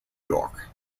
york